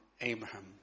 Abraham